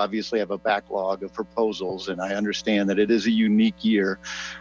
obviously have a backlog of proposals and i understand that it is a unique year